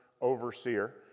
overseer